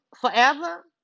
Forever